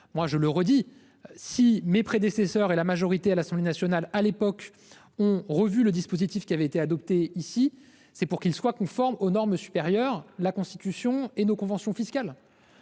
2019. Je le redis : si mes prédécesseurs et la majorité à l'Assemblée nationale ont à l'époque revu le dispositif adopté ici, c'est pour qu'il soit conforme aux normes supérieures, à savoir la Constitution et nos conventions fiscales.